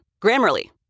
Grammarly